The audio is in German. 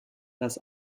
dass